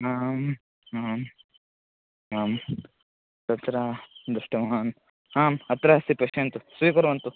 आम् आम् आम् तत्र दृष्टवान् आम् अत्र अस्ति पश्यन्तु स्विकुर्वन्तु